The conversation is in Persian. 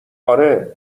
آره